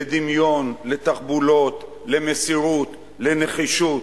לדמיון, לתחבולות, למסירות, לנחישות.